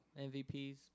MVPs